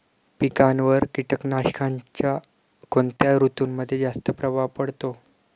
पिकांवर कीटकनाशकांचा कोणत्या ऋतूमध्ये जास्त प्रभाव पडतो?